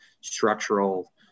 structural